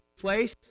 place